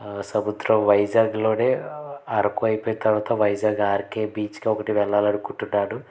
సముద్రం వైజాగ్లోనే అరకు అయిపోయిన తర్వాత వైజాగ్ ఆర్కే బీచ్కి ఒకటి వెళ్ళాలనుకుంటున్నాను